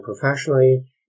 professionally